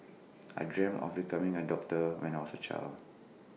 I dreamt of becoming A doctor when I was A child